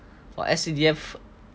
!wah! S_C_D_F